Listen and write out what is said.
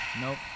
nope